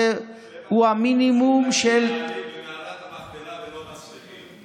שבע שנים, מעלית במערת המכפלה ולא מצליחים.